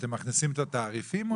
אתם מכניסים את התעריפים?